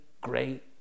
great